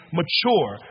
mature